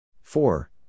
Four